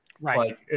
Right